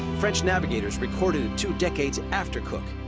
french navigators recorded it two decades after cook.